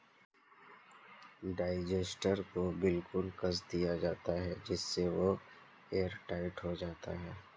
digester को बिल्कुल कस दिया जाता है जिससे वह एयरटाइट हो जाता है